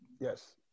Yes